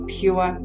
pure